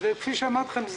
כפי שאמרתי לכם,